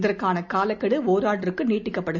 இதற்கான காலக்கெடு ஒராண்டுக்கு நீட்டிக்கப்படும்